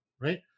right